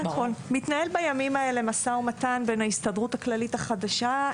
מתנהל בימים האלה משא ומתן בין ההסתדרות הכללית החדשה,